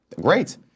Great